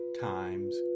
times